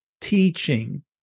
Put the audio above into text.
teaching